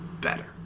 better